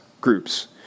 groups